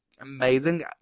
amazing